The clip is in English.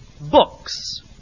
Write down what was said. Books